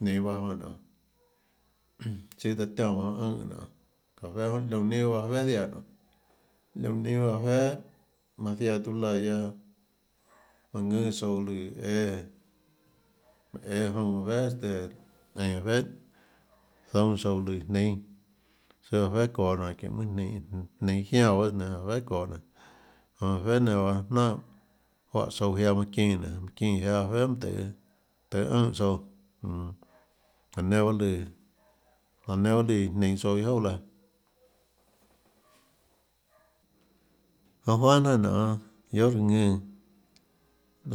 Jninå bahâ manã nionê chíâ taãtiánã bahâ jonã ùnhã nionê café liónã neinâ bahâ café ziaã nionê liónã neinâ bah féà manã zaiã tiuâ laã guiaâ manã ðùnâ tsouã lùã õâ manã õâ junã féà este einã féà zoúnâ tsouã lùã jnínâ søâ báhã féà çoå nénå çínhå mønâ jninå jninå jiánã bahâ tsøã nenã café ðoå nenã jonã féà nenã jnánhà juáhã tsouã jiáâ manã çínã nénå manã çínã jiáâ féà mønâ tøhê tøhê ùnhã tsouã jmm laã nenã bahâ lùã laã nenã bahâ lùã iã jninå tsouã iâ jouà laã jonã juánhà jnanànionê guiohà riã ðùnã raã ðùnã